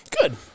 good